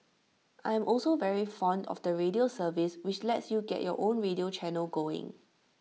I am also very fond of the radio service which lets you get your own radio channel going